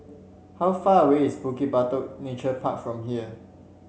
how far away is Bukit Batok Nature Park from here